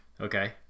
okay